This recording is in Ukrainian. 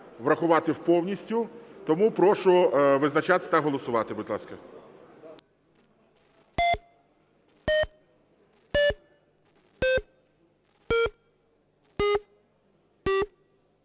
врахувати повністю, тому прошу визначатися та голосувати, будь ласка.